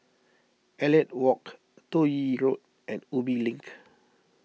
Elliot Walk Toh Yi Road and Ubi Link